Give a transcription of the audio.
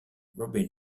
robin